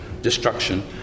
destruction